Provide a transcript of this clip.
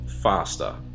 Faster